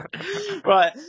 Right